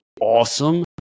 awesome